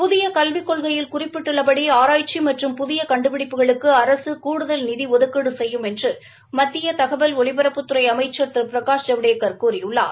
புதிய கல்விக் கொள்கையில் குறிப்பிட்டுள்படி ஆராய்ச்சி மற்றும் புதிய கண்டுபிடிப்புகளுக்கு கூடுதல் நிதி ஒதுக்கீடு செய்யும் என்று மத்திய தகவல் ஒலிபரப்புத்துறை அமைச்சா் திரு பிரகாஷ் ஜவடேக்கா் கூறியுள்ளார்